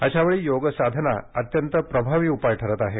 अशावेळी योगसाधना अत्यंत प्रभावी उपाय ठरत आहे